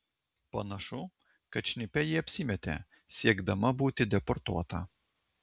panašu kad šnipe ji apsimetė siekdama būti deportuota